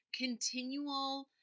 continual